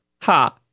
ha